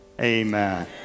amen